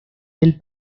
del